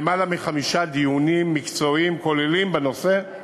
למעלה מחמישה דיונים מקצועיים כוללים בנושא.